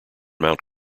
mount